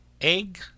egg